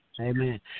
Amen